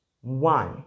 One